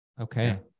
Okay